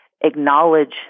acknowledge